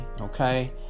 okay